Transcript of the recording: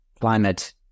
climate